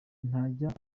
ntajya